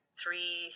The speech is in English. three